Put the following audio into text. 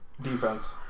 defense